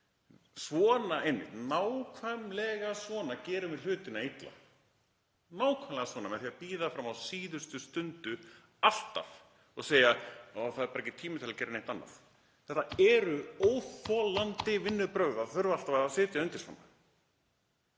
Svona einmitt, nákvæmlega svona gerum við hlutina illa, með því að bíða fram á síðustu stundu alltaf og segja að það sé bara ekki tími til að gera neitt annað. Það eru óþolandi vinnubrögð að þurfa alltaf að sitja undir svona.